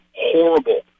horrible